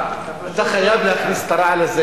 אני אומר לך, אתה פשוט לא יודע.